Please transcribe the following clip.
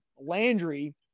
Landry